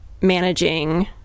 managing